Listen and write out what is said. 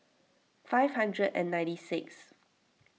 five hundred and ninety sixth